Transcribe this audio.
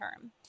term